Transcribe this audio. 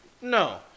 No